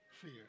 fear